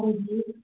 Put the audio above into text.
ਹਾਂਜੀ